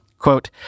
Quote